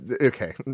Okay